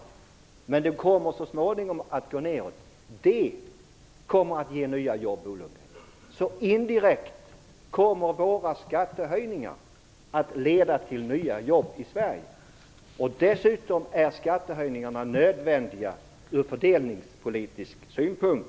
Så småningom kommer räntorna att gå ner, och det kommer att ge nya jobb, Bo Lundgren! Indirekt kommer alltså våra skattehöjningar att leda till nya jobb i Sverige. Dessutom är skattehöjningarna nödvändiga från fördelningspolitisk synpunkt.